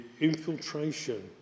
infiltration